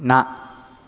न